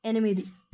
ఎనిమిది